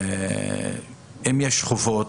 אם יש חובות,